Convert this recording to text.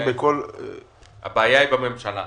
הבעיה היא בממשלה.